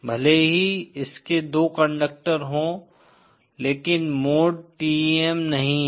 भले ही इसके दो कंडक्टर हों लेकिन मोड TEM नहीं हैं